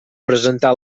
presentà